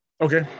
Okay